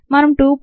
మనం 2